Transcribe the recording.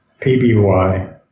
PBY